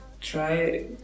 try